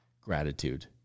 gratitude